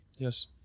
Yes